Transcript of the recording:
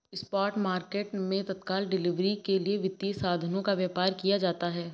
spot market मैं तत्काल delivery के लिए वित्तीय साधनों का व्यापार किया जाता है